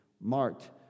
marked